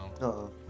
No